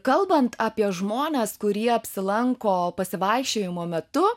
kalbant apie žmones kurie apsilanko pasivaikščiojimo metu